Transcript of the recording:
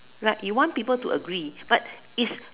like you want people to agree but is